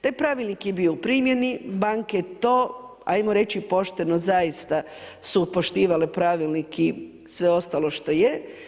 Taj pravilnik je bio u primjeni, banke to, ajmo reći pošteno zaista su poštivale pravilnik i sve ostalo što je.